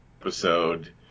episode